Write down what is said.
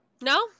no